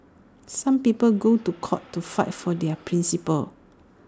some people go to court to fight for their principles